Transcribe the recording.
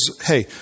hey